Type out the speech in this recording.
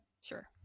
Sure